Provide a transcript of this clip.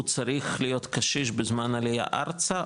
הוא צריך להיות קשיש בזמן העלייה ארצה,